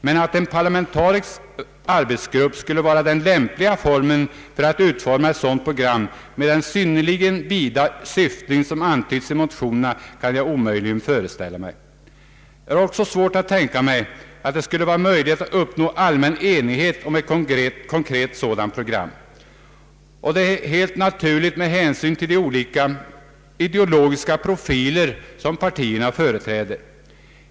Men att en parlamentarisk arbetsgrupp skulle vara den lämpliga formen för att utarbeta ett sådant program med den synnerligen vida syftning som antyds i motionerna kan jag omöjligen föreställa mig. Jag har också svårt att tänka mig att det skulle vara möjligt att uppnå allmän enighet om ett konkret sådant program. Det är helt naturligt med hänsyn till de olika ideo logiska profiler som partierna företräder.